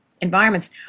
environments